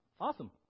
Awesome